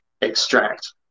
extract